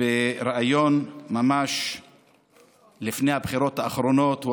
בריאיון ממש לפני הבחירות האחרונות.